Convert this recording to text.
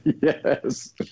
Yes